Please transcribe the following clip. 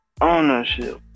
ownership